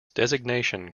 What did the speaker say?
designation